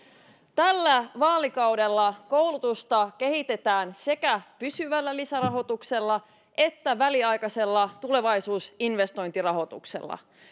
tällä vaalikaudella koulutusta kehitetään sekä pysyvällä lisärahoituksella että väliaikaisella tulevaisuusinvestointirahoituksella